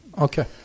Okay